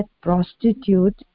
prostitute